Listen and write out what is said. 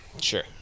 Sure